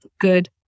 Good